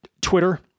Twitter